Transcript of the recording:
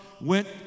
went